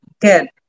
Good